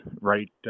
right